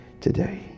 today